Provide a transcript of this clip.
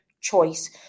choice